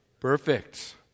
Perfect